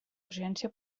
urgència